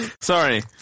Sorry